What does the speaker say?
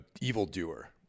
evildoer